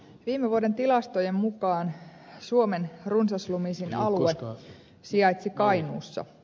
viime vuoden tilastojen mukaan suomen runsaslumisin alue sijaitsi kainuussa